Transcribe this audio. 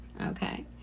okay